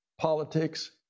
politics